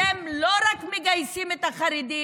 אתם לא רק מגייסים את החרדים,